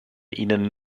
ihnen